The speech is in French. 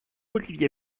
olivier